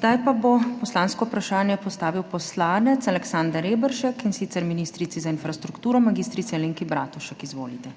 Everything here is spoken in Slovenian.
Zdaj pa bo poslansko vprašanje postavil poslanec Aleksander Reberšek, in sicer ministrici za infrastrukturo mag. Alenki Bratušek. Izvolite.